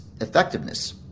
effectiveness